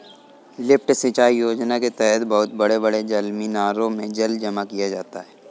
lift सिंचाई योजना के तहद बहुत बड़े बड़े जलमीनारों में जल जमा किया जाता है